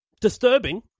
disturbing